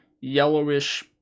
yellowish